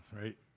right